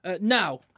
Now